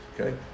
Okay